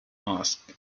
asked